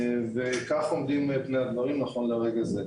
כך עומדים פני הדברים נכון לרגע זה,